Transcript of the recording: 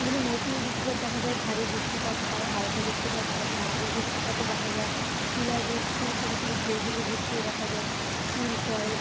কিন্তু মৌসুমি বৃষ্টিপাত দেখা যায় ভারী বৃষ্টিপাত হয় হালকা বৃষ্টিপাত হয় মাঝারির বৃষ্টিপাতও দেখা যায় শিলা বৃষ্টির সাথে সাথে ঝিরিঝিরি বৃষ্টিও দেখা যায় শিল পড়ে